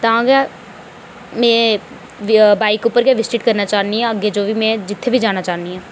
तां गै में बाइक उप्पर गै विजिट करना चाह्न्नी आं अग्गें कोई बी में जित्थै बी जाना चाह्न्नी आं